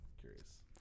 curious